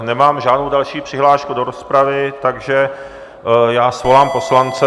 Nemám žádnou další přihlášku do rozpravy, takže já svolám poslance.